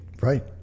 right